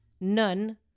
none